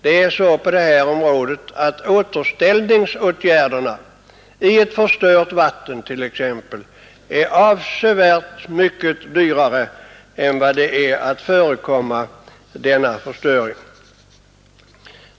Det är avsevärt dyrare att vidta återställningsåtgärder t.ex. i ett förstört vatten än att förekomma denna förstöring.